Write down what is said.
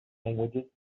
languages